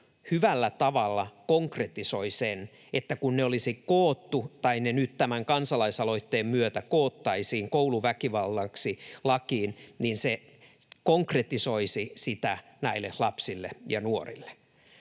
hyvällä tavalla konkretisoi sen, että kun ne olisi koottu — tai ne nyt tämän kansalaisaloitteen myötä koottaisiin — kouluväkivallaksi lakiin, niin se konkretisoisi sitä näille lapsille ja nuorille.